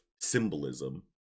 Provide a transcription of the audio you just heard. symbolism